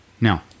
Now